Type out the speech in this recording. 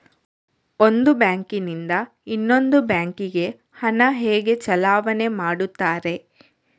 ಒಂದು ಬ್ಯಾಂಕ್ ನಿಂದ ಇನ್ನೊಂದು ಬ್ಯಾಂಕ್ ಗೆ ಹಣ ಹೇಗೆ ಚಲಾವಣೆ ಮಾಡುತ್ತಾರೆ?